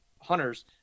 hunters